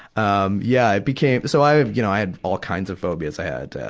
um yeah, i became, so i have, you know, i had all kinds of phobias. i had, ah,